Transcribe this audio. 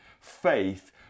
faith